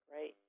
Right